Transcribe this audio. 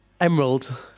Emerald